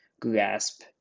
grasp